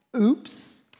oops